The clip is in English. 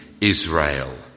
Israel